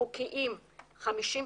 עובדים חוקיים 56,236